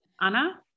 Anna